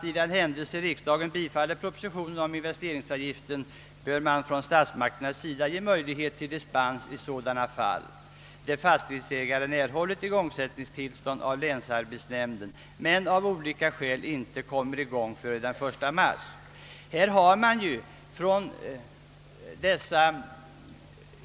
I den händelse riksdagen bifaller propositionen om investeringsavgift, bör statsmakterna kunna ge dispens i sådana fall där ägare av centrumfastigheter och liknande affärsfastigheter erhållit igångsättningstillstånd av länsarbetsnämnden men av olika skäl inte kommit i gång med sitt bygge före den 1 mars.